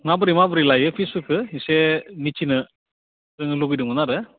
माबोरै माबोरै लायो फिसफोरखौ एसे मिथिनो जोङो लुबैदोंमोन आरो